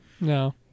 No